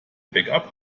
backup